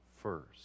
first